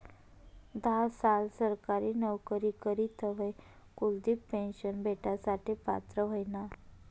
धा साल सरकारी नवकरी करी तवय कुलदिप पेन्शन भेटासाठे पात्र व्हयना